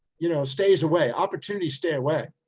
you know, stays away, opportunity stay away.